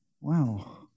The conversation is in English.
wow